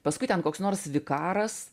paskui ten koks nors vikaras